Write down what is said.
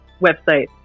website